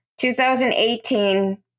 2018